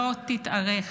לא תתארך.